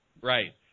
Right